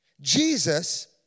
Jesus